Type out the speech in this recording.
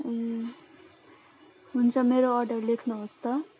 ए हुन्छ मेरो अर्डर लेख्नु होस् त